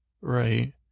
Right